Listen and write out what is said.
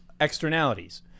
Externalities